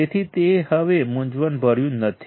તેથી તે હવે મૂંઝવણભર્યું નથી